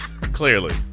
Clearly